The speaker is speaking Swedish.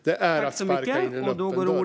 Det är att sparka in en öppen dörr.